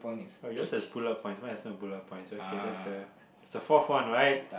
but yours has bullet points mine has no bullet points okay that's the it's the fourth one right